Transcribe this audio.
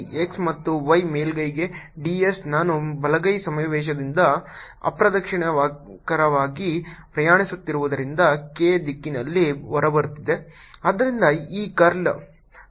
ಈಗ ಈ x ಮತ್ತು y ಮೇಲ್ಮೈಗೆ d s ನಾನು ಬಲಗೈ ಸಮಾವೇಶದಿಂದ ಅಪ್ರದಕ್ಷಿಣಾಕಾರವಾಗಿ ಪ್ರಯಾಣಿಸುತ್ತಿರುವುದರಿಂದ k ದಿಕ್ಕಿನಲ್ಲಿ ಹೊರಬರುತ್ತಿದೆ